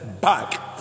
back